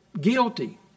Guilty